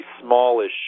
smallish